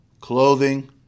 clothing